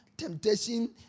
temptation